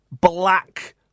black